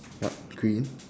what green